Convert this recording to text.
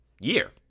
year